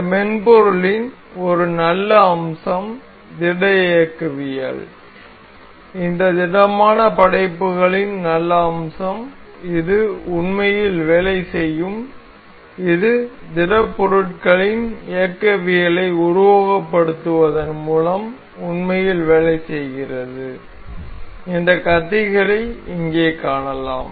இந்த மென்பொருளின் ஒரு நல்ல அம்சம் திட இயக்கவியல் இந்த திடமான படைப்புகளின் நல்ல அம்சம் இது உண்மையில் வேலை செய்யும் இது திடப்பொருட்களின் இயக்கவியலை உருவகப்படுத்துவதன் மூலம் உண்மையில் வேலை செய்கிறது இந்த கத்திகளில் இங்கே காணலாம்